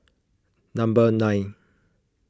number nine